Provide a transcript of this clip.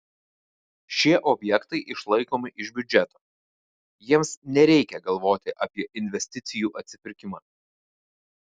šie objektai išlaikomi iš biudžeto jiems nereikia galvoti apie investicijų atsipirkimą